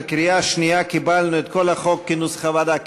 בקריאה השנייה קיבלנו את כל החוק כנוסח הוועדה.